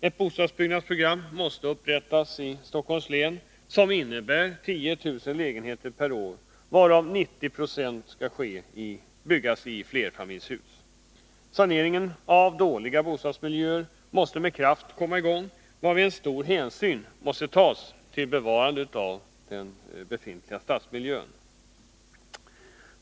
Ett bostadsbyggnadsprogram måste upprättas för Stockholms län, vilket innebär 10 000 lägenheter per år, varav 90 96 skall byggas i flerfamiljshus. Saneringen av dåliga bostadsmiljöer måste med kraft komma i gång, varvid stor hänsyn måste tas till bevarande av den befintliga stadsmiljön.